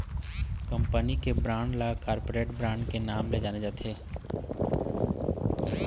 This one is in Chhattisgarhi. कंपनी के बांड ल कॉरपोरेट बांड के नांव ले जाने जाथे